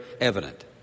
evident